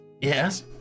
Yes